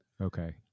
okay